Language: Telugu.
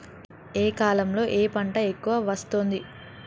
ఏ కాలంలో ఏ పంట ఎక్కువ వస్తోంది?